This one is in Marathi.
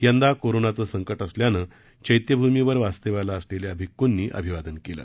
यंदा कोरोनाच संकट असल्यानं चैत्यभूमीवर वास्तव्याला असलेल्या भिक्कूंनी अभिवादन केल